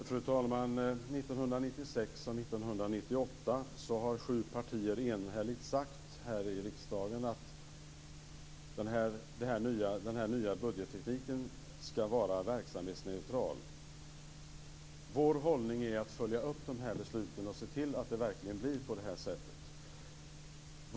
Fru talman! Åren 1996 och 1998 har sju partier enhälligt sagt här i riksdagen att den nya budgettekniken skall vara verksamhetsneutral. Vår hållning är att följa upp besluten och se till att det verkligen blir på det sättet.